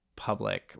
public